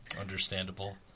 Understandable